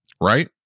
right